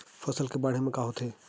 फसल से बाढ़े म का होथे?